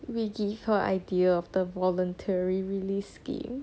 we give her idea of the voluntary release scheme